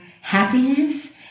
happiness